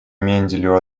менделю